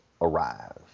arrive